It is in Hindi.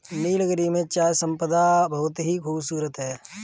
नीलगिरी में चाय संपदा बहुत ही खूबसूरत है